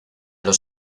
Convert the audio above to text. los